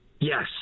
yes